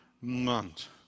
month